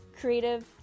creative